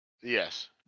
Yes